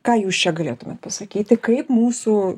ką jūs čia galėtumėt pasakyti kaip mūsų